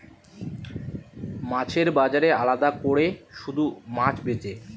মাছের বাজারে আলাদা কোরে শুধু মাছ বেচে